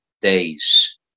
days